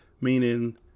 meaning